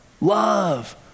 love